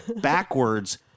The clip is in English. backwards